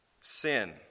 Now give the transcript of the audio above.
sin